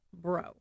Bro